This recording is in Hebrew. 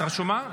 את רשומה?